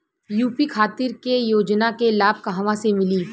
UP खातिर के योजना के लाभ कहवा से मिली?